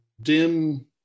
dim